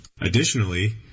Additionally